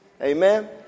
Amen